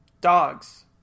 dogs